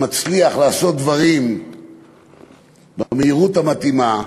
שמצליח לעשות דברים במהירות המתאימה,